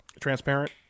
Transparent